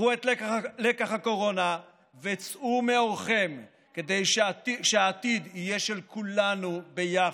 קחו את לקח הקורונה וצאו מעורכם כדי שהעתיד יהיה של כולנו ביחד.